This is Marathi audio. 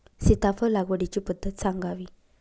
सीताफळ लागवडीची पद्धत सांगावी?